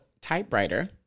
Typewriter